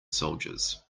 soldiers